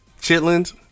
Chitlins